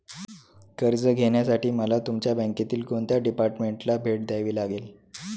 कर्ज घेण्यासाठी मला तुमच्या बँकेतील कोणत्या डिपार्टमेंटला भेट द्यावी लागेल?